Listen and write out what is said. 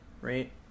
right